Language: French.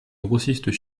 grossistes